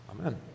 Amen